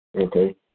Okay